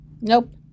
Nope